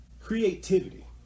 creativity